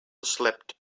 slept